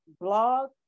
blog